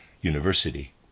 University